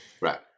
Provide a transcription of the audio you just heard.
Right